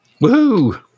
Woo